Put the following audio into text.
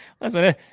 Listen